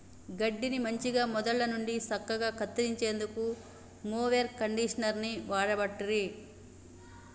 గడ్డిని మంచిగ మొదళ్ళ నుండి సక్కగా కత్తిరించేందుకు మొవెర్ కండీషనర్ని వాడబట్టిరి